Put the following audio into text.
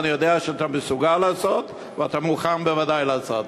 ואני יודע שאתה מסוגל לעשות ואתה בוודאי מוכן לעשות.